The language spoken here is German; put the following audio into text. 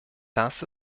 das